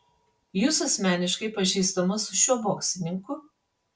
jūs asmeniškai pažįstamas su šiuo boksininku